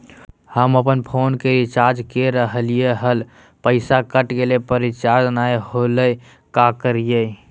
हम अपन फोन के रिचार्ज के रहलिय हल, पैसा कट गेलई, पर रिचार्ज नई होलई, का करियई?